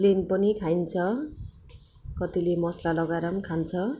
plain पनि खाइन्छ कतिले मसला लगाएर पनि खान्छ